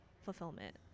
fulfillment